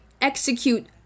execute